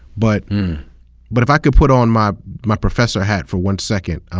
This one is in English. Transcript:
but but if i could put on my my professor hat for one second.